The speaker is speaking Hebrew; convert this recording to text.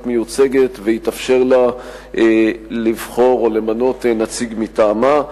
מיוצגת ויתאפשר לה לבחור או למנות נציג מטעמה.